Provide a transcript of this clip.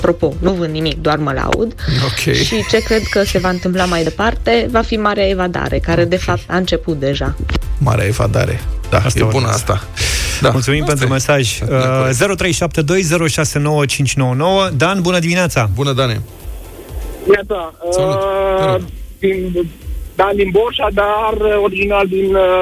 Apropo, nu vând nimic, doar mă laud. Ok. Și ce cred că se va întâmpla mai departe, va fi Marea Evadare, care, de fapt, a început deja. Marea Evadare. Da, Asta e bună urmează. asta. Da. Mulțumim Asta pentru e. mesaj. Da, de acord. Eh, 0372069599. Dan, bună dimineața. Bună, Dane. Neața. Salut. Eh, Te rog. din- Dan din Borșa, dar original din,